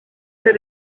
the